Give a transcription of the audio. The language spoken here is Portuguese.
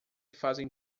fazem